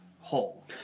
hole